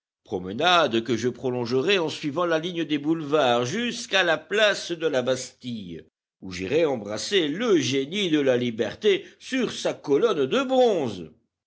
promenade que je prolongerai en suivant la ligne des boulevards jusqu'à la place de la bastille où j'irai embrasser le génie de la liberté sur sa colonne de bronze